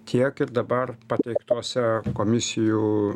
tiek ir dabar pateiktuose komisijų